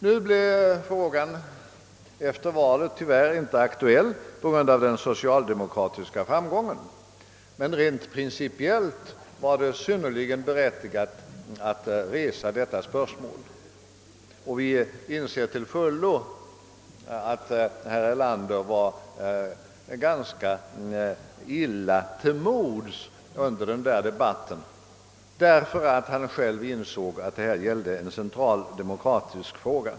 Nu blev frågan efter valet tyvärr inte aktuell på grund av den socialdemokratiska framgången. Rent principiellt var det emellertid synnerligen berättigat att resa detta spörsmål. Herr Erlander var ganska illa till mods under den debatten — tydligen insåg han själv att det gällde en central demokratisk fråga.